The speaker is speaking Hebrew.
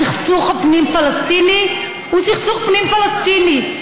הסכסוך הפנים-פלסטיני הוא סכסוך פנים-פלסטיני.